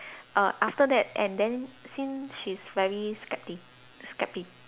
err after that and then since she's very skepti~ skepti~